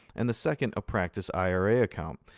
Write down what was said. and the second a practice ira account.